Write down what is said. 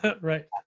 right